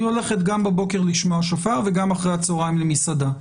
היא הולכת גם בבוקר לשמוע שופר וגם אחרי הצוהריים למסעדה,